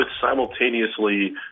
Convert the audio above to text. simultaneously